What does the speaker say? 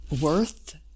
worth